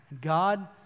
God